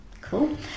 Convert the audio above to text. Cool